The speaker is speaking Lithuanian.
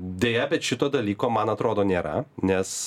deja bet šito dalyko man atrodo nėra nes